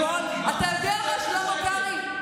לכי שבי עם החבר הציוני שלך.